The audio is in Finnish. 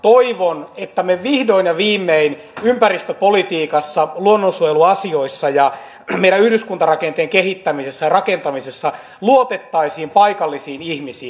toivon että me vihdoin ja viimein ympäristöpolitiikassa luonnonsuojeluasioissa ja meidän yhdyskuntarakenteemme kehittämisessä ja rakentamisessa luottaisimme paikallisiin ihmisiin